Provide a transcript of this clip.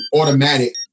automatic